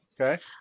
Okay